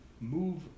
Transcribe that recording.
Move